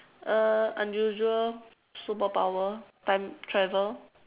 uh unusual superpower time travel